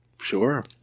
Sure